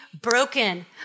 broken